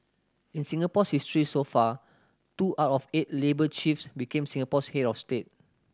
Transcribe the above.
in Singapore's history so far two out of eight labour chiefs became Singapore's head of state